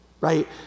right